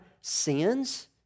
sins